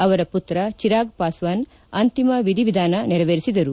ಅವರ ಮತ್ರ ಜಿರಾಗ್ ಪಾಸ್ವಾನ್ ಅಂತಿಮ ಎಧಿ ವಿಧಾನ ನೆರವೇರಿಸಿದರು